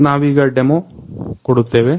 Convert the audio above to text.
ನಾವೀಗ ಡೆಮೊ ಕೊಡುತ್ತೇವೆ